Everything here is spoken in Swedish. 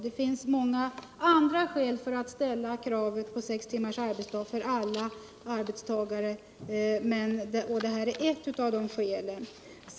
Det finns många skäl att ställa kravet på sex timmars arbetsdag för alla arbetstagare, och detta är ett av skälen.